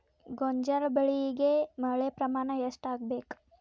ಗೋಂಜಾಳ ಬೆಳಿಗೆ ಮಳೆ ಪ್ರಮಾಣ ಎಷ್ಟ್ ಆಗ್ಬೇಕ?